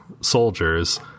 soldiers